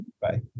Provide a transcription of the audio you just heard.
Bye